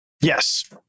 Yes